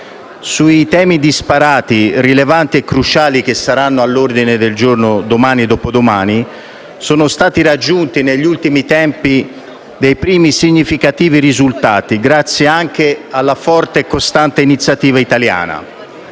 Sui temi disparati, rilevanti e cruciali che saranno all'ordine del giorno domani e dopodomani sono stati raggiunti negli ultimi tempi dei primi significativi risultati, grazie anche alla forte e costante iniziativa italiana.